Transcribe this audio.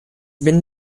been